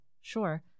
Sure